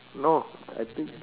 no I think